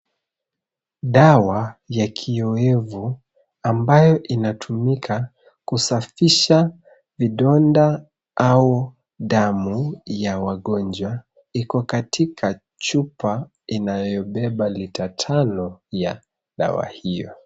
Dawa ya kiowevu ambayo inatumika kusafisha vidonda au damu ya wagonjwa iko katika chupa inayobeba lita tano ya dawa hiyo.